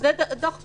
זה דוח פעולה.